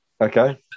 Okay